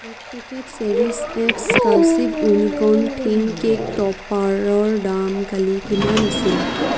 এক packet cherish exclusive unicorn theme cake ট'পাৰৰ দাম কালি কিমান আছিল